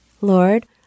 Lord